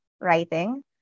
writing